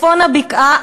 בצפון הבקעה,